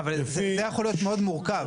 --- אבל זה יכול להיות כבר מאוד מורכב.